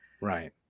right